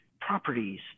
properties